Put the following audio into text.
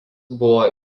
buvo